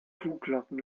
kuhglocken